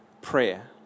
prayer